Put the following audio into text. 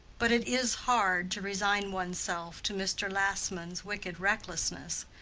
but it is hard to resign one's self to mr. lassman's wicked recklessness,